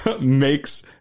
makes